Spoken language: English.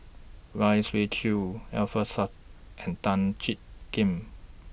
Lai Siu Chiu Alfian Sa'at and Tan Jiak Kim